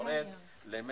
ואז 100,